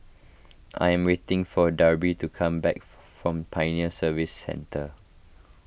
I am waiting for Darby to come back from Pioneer Service Centre